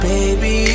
Baby